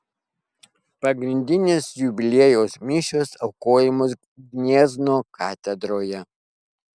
pagrindinės jubiliejaus mišios aukojamos gniezno katedroje